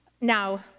Now